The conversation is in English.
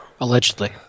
Allegedly